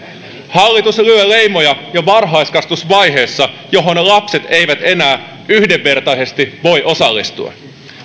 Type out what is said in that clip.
hallitus lyö leimoja jo varhaiskasvatusvaiheessa johon lapset eivät enää yhdenvertaisesti voi osallistua